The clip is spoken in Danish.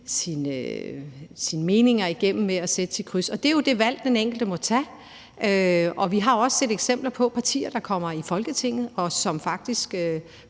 og meninger igennem ved at sætte sit kryds. Det er jo det valg, den enkelte må tage. Vi har også set eksempler på partier, der kommer i Folketinget, og som faktisk